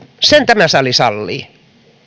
sen tämä sali sallii